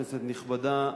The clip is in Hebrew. כנסת נכבדה,